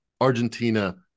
argentina